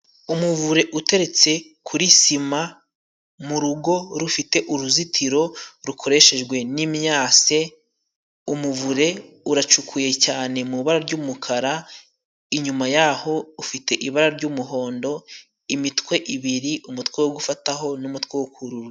Umuvure uteretse kuri sima, mu rugo rufite uruzitiro rukoreshejwe n'imyase. Umuvure uracukuye cyane, mu bara ry'umukara, inyuma yaho ufite ibara ry'umuhondo. Imitwe ibiri, umutwe wo gufataho n'umutwe kurura.